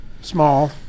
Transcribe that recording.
small